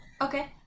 Okay